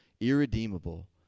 irredeemable